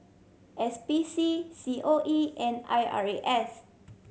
S P C C O E and I R A S